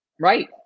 Right